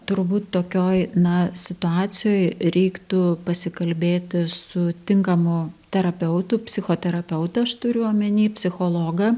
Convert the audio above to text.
turbūt tokioj na situacijoj reiktų pasikalbėti su tinkamu terapeutu psichoterapeutą aš turiu omeny psichologą